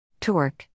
Torque